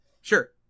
sure